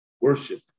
worship